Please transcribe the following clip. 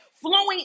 flowing